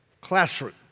classroom